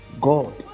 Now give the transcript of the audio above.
God